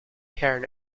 care